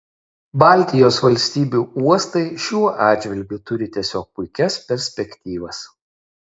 baltijos valstybių uostai šiuo atžvilgiu turi tiesiog puikias perspektyvas